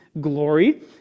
glory